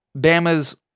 Bama's